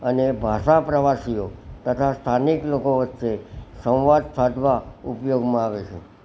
અને ભાષા પ્રવાસીઓ તથા સ્થાનિક લોકો વચ્ચે સંવાદ સાધવા ઉપયોગમાં આવે છે